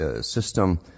system